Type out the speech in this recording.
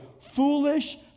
Foolish